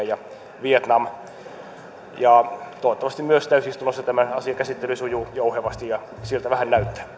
ja vietnamista toivottavasti myös täysistunnossa tämän asian käsittely sujuu jouhevasti ja siltä vähän